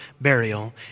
burial